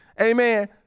Amen